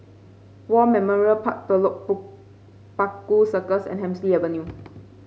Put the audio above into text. War Memorial Park Telok Paku Circus and Hemsley Avenue